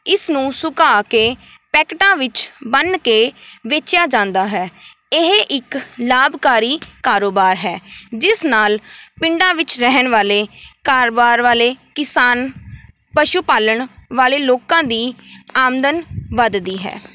ਇਸ ਨੂੰ ਸੁਕਾ ਕੇ ਪੈਕਟਾਂ ਵਿੱਚ ਬੰਨ ਕੇ ਵੇਚਿਆ ਜਾਂਦਾ ਹੈ ਇਹ ਇੱਕ ਲਾਭਕਾਰੀ ਕਾਰੋਬਾਰ ਹੈ ਜਿਸ ਨਾਲ ਪਿੰਡਾਂ ਵਿੱਚ ਰਹਿਣ ਵਾਲੇ ਘਰ ਬਾਰ ਵਾਲੇ ਕਿਸਾਨ ਪਸ਼ੂ ਪਾਲਣ ਵਾਲੇ ਲੋਕਾਂ ਦੀ ਆਮਦਨ ਵਧਦੀ ਹੈ